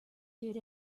did